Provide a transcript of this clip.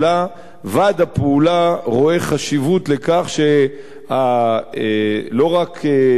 ועד הפעולה רואה חשיבות בכך שלא רק אנשים עם